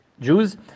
Jews